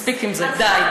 מספיק עם זה, די.